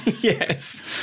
Yes